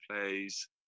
plays